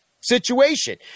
situation